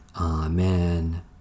Amen